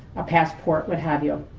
a passport, what have you.